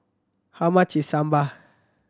how much is Sambar